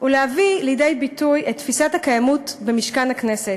ולהביא לידי ביטוי את תפיסת הקיימות במשכן הכנסת.